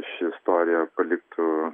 ši istorija paliktų